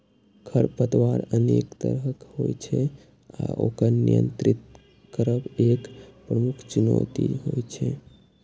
खरपतवार अनेक तरहक होइ छै आ ओकर नियंत्रित करब एक प्रमुख चुनौती होइ छै